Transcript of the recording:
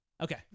Okay